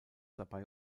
dabei